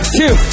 two